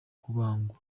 kubagwa